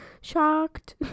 shocked